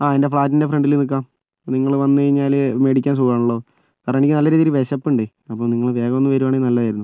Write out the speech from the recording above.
ആ എൻ്റെ ഫ്ളാറ്റിൻ്റെ ഫ്രണ്ടില് നിൽക്കാം നിങ്ങൾ വന്നു കഴിഞ്ഞാല് മേടിക്കാൻ സുഖമാണല്ലോ കാരണം എനിക്ക് നല്ല രീതിയിൽ വിശപ്പുണ്ടേ അപ്പോൾ നിങ്ങൾ വേഗം ഒന്ന് വരികയായിരുന്നെങ്കിൽ നല്ലതായിരുന്നു